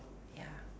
ya